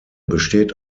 besteht